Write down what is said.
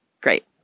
Great